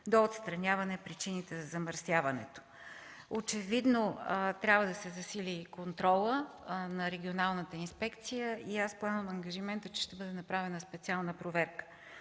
до отстраняване причините за замърсяването. Очевидно трябва да се засили контролът на регионалната инспекция и аз поемам ангажимента, че ще бъде направена специална проверка.